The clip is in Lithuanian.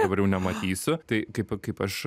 dabar jau nematysiu tai kaip kaip aš